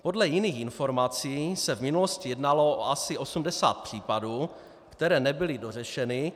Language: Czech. Podle jiných informací se v minulosti jednalo o asi 80 případů, které nebyly dořešeny.